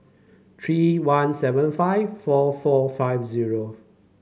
three one seven five four four five zero